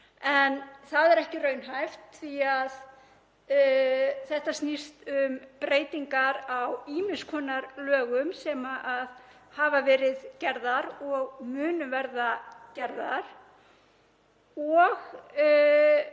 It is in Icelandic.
En það er ekki raunhæft því að þetta snýst um breytingar á ýmiss konar lögum sem hafa verið gerðar og munu verða gerðar og